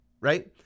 right